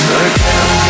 again